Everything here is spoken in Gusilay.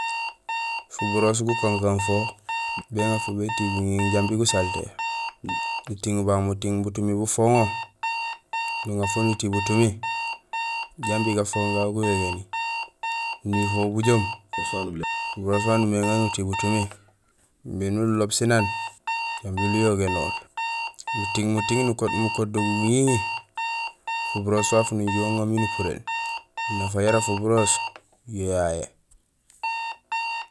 Fuburoos gukankaan fo béŋafo bééti guŋiiŋ jambi gusalté, nutiiŋul babu muting, butumi bufoŋo, nuŋafo nuti butumi jambi gafooŋ gagu guyogéni, nuyuhohul bujoom fuburoos fafu nubilmé éŋaar nuti butumi, imbi nuloloob sén aan jambi uyogénool, nuying muting mukoot do guŋiŋi, fuburoos fafu nujuhé uŋaar miin upuréén. Nafa yara fuburoos yo yayé.